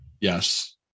Yes